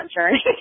journey